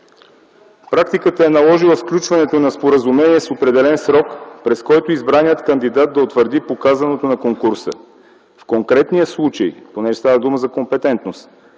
Практиката е наложила сключването на споразумение с определен срок, през който избраният кандидат да утвърди показаното на конкурса. В конкретния случай, понеже става дума за компетентност,